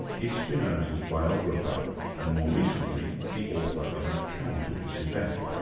is spinoza's biographer and more recently, the author of an account of this event.